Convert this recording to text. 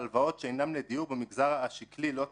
הלוואות שאינן לדיור במגזר השקלי לא צמוד.